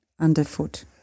underfoot